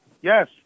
Yes